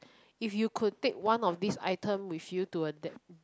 if you could take one of this item with you to a de~